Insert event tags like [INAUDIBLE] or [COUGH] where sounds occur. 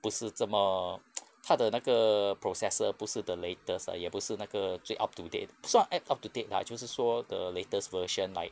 不是这么 [NOISE] 它的那个 processor 不是 the latest 也不是那个最 up to date 算 ac~ up to date lah 就是说 the latest version like